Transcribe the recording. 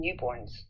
newborns